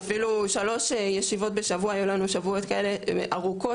אפילו שלוש ישיבות בשבוע היו לנו ימים כאלה ישיבות ארוכות,